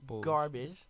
garbage